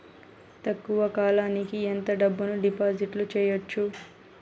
తక్కువ కాలానికి ఎంత డబ్బును డిపాజిట్లు చేయొచ్చు?